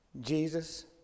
Jesus